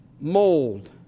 mold